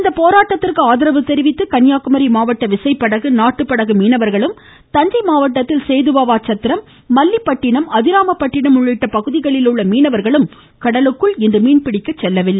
இப்போராட்டத்திற்கு ஆதரவு தெரிவித்து கன்னியாக்குமரி மாவட்ட விசைப்படகு நாட்டுப்படகு மீனவர்களும் தஞ்சை மாவட்டத்தில் சேதுபாவா சத்திரம் மல்லிப்பட்டிணம் அதிராமபட்டிணம் உள்ளிட்ட பகுதிகளிலுள்ள மீனவர்களும் கடலுக்குள் இன்று மீன் பிடிக்க செல்லவில்லை